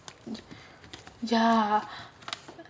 ya